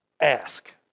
ask